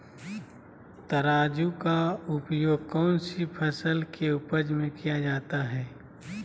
तराजू का उपयोग कौन सी फसल के उपज में किया जाता है?